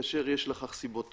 כאשר יש לכך סיבות טובות.